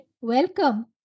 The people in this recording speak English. welcome